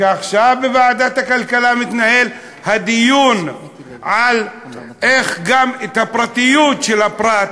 שעכשיו בוועדת הכלכלה מתנהל הדיון על איך גם הפרטיות של הפרט,